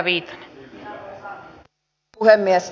arvoisa rouva puhemies